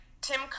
Tim